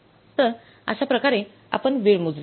तर अश्या प्रकारे आपण वेळ मोजली